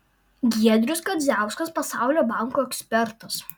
giedrius kadziauskas pasaulio banko ekspertas